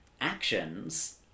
actions